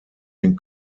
den